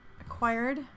acquired